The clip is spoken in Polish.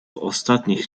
ostatnich